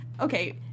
okay